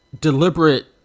deliberate